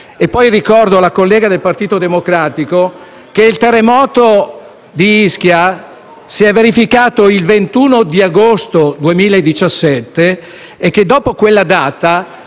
poi, alla collega del Partito Democratico che il terremoto di Ischia si è verificato il 21 agosto 2017 e che, dopo quella data,